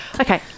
Okay